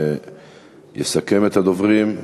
יסכם את הדברים,